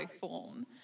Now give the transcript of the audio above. form